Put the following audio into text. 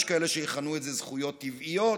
יש כאלה שיכנו את זה זכויות טבעיות,